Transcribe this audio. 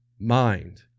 mind